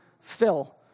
fill